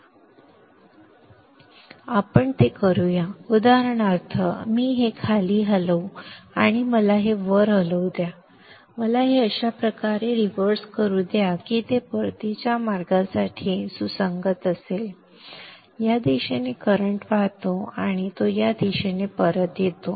आपण ते करू या उदाहरणार्थ मी हे खाली हलवू आणि मला हे वर हलवू दे मला हे अशा प्रकारे रिव्हर्स करू द्या की ते परतीच्या मार्गासाठी सुसंगत असेल या दिशेने करंट वाहतो आणि तो या दिशेने परत येतो